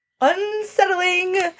unsettling